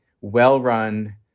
well-run